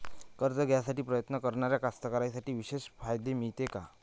कर्ज घ्यासाठी प्रयत्न करणाऱ्या कास्तकाराइसाठी विशेष फायदे मिळते का?